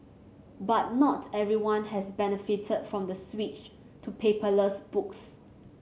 but not everyone has benefited from the switch to paperless books